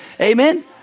Amen